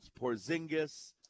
porzingis